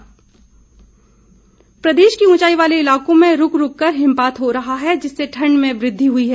मौसम प्रदेश के ऊंचाई वाले इलाकों में रूक रूक कर हिमपात हो रहा है जिससे ठंड में वृद्वि हुई है